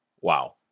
wow